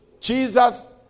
Jesus